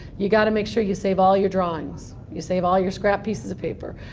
you've got to make sure you save all your drawings. you save all your scrap pieces of paper.